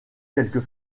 quelques